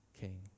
King